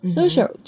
Social